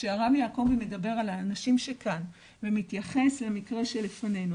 שכשהרב יעקבי על האנשים שכאן ומתייחס למקרה שלפנינו,